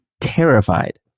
terrified